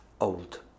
old